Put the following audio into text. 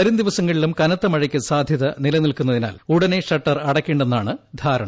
വരും ദിവസങ്ങളിലും കനത്തമഴയ്ക്ക് സാധൃത നിലനിൽക്കുന്നതിനാൽ ഉടനെ ഷട്ടർ അടയ്ക്കേണ്ടെന്നാണ് ധാരണ